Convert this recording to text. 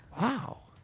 wow.